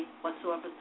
whatsoever